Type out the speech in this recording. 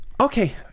Okay